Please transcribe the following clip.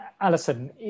Alison